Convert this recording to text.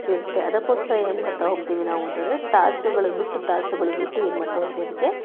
ಇರುತ್ತೆ ಅದಕ್ಕೋಸ್ಕರ ಏನು ಮಾಡ್ತಾ ಹೋಗ್ತೀವಿ ನಾವು ಅಂತ ಅಂದ್ರೆ ತಾಸುಗಳು ಬಿಟ್ಟು ತಾಸುಗಳು ಬಿಟ್ಟು ಏನು ಮಾಡ್ತ ಹೋಗೋದು ಅದಕ್ಕೆ